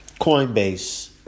Coinbase